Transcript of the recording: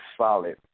solid